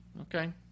okay